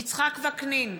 יצחק וקנין,